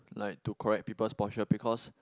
like to collect people's brochure because